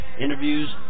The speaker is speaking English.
interviews